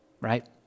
right